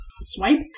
swipe